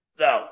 no